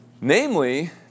Namely